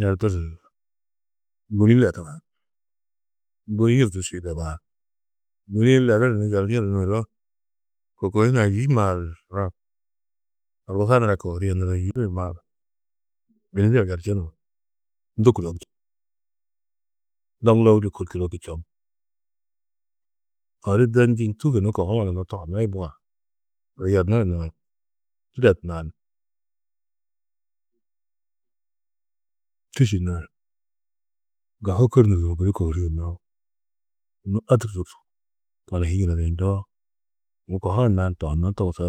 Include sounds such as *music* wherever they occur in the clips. Yerduru ni bûni ledaar, *unintelligible* ledaar, bûni-ĩ leduru ni yernuru ôro kôikoi hunã yî maaru horkusa nura kohurîe niri ni yî nur maaru bûni nur yerčunu ni du kûloktu. Doŋguluo diki kûloki čoŋ, odu de ndû yunu kohurã gunna tohunó di buã odu yernuru nani tidedu, tîšu nani ŋga hôkornuru yunu gudi kohurîe noo nû a tûrtu du tani hi yunuduyundoo, yunu kohurã nani tohunó toguso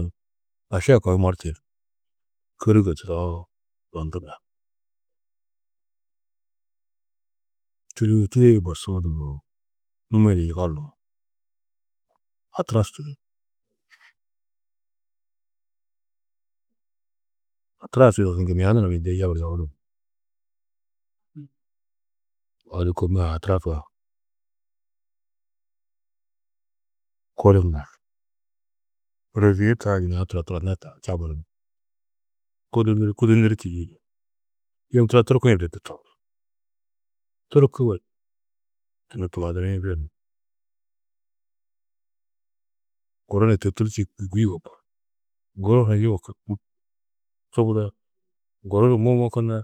aši a koo di mortuyunu kôrigo tudohoo zondu nar. Tidêie tidêie borsu du ndo numi-ĩ di yiga luar Aturas, Aturas tidedu ni odu gimia nura mîndie yeburu yoburu ni, odu kômmaa Aturasua. *unintelligible* Ôrozie taa ña turo turonna taa čamuru ni kudunirî kudunirî tîyiidi, yum turo Turki-ĩ li du tobur. Turki *unintelligible* *unintelligible* li ni guru tûtulčî gûi yugobo, guru ni yugobu čubudo, guru mumukunno.